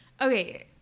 okay